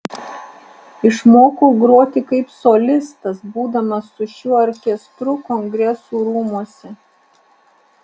išmokau groti kaip solistas būdamas su šiuo orkestru kongresų rūmuose